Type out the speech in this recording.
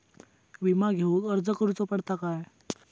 विमा घेउक अर्ज करुचो पडता काय?